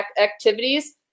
activities